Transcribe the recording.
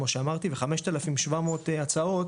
כמו שאמרתי ו-5,700 הצעות,